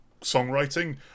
songwriting